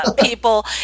people